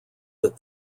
that